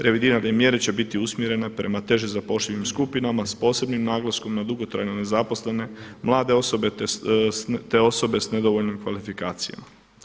Revidirane mjere će biti usmjerene prema teže zapošljivim skupinama s posebnim naglaskom na dugotrajno nezaposlene mlade osobe, te osobe sa nedovoljnim kvalifikacijama.